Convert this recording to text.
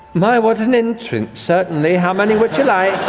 my what an entrance, certainly. how many would you like?